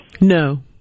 No